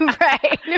right